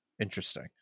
Interesting